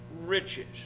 riches